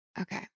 Okay